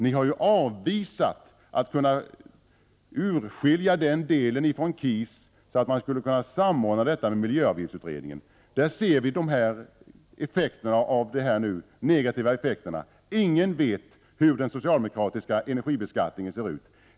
Ni har avvisat förslaget att bryta ut denna fråga ur KIS, så att den kan samordnas med miljöavgiftutredningen. Visser nu de negativa effekterna av detta; ingen vet hur den socialdemokratiska energibeskattningen ser ut.